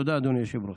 תודה, אדוני היושב-ראש.